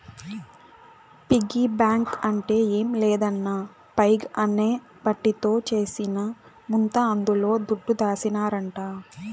piggy bank అంటే ఏం లేదన్నా పైగ్ అనే మట్టితో చేసిన ముంత అందుల దుడ్డు దాసినారంట